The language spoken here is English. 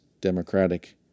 democratic